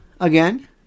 again